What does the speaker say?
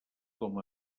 com